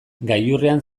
gailurrean